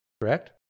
Correct